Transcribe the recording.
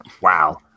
Wow